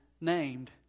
named